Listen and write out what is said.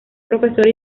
profesor